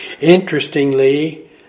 Interestingly